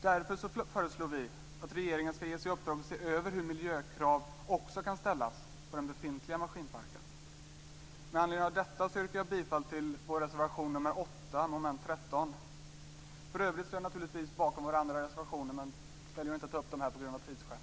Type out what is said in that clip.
Därför föreslår vi att regeringen skall ges i uppdrag att se över hur miljökrav också skall ställas på den befintliga maskinparken. Med anledning av detta yrkar jag bifall till vår reservation nr 8 under mom. 13. För övrigt står jag naturligtvis bakom våra andra reservationer men tänker av tidsskäl inte ta upp dem här.